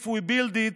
If we build it,